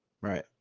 right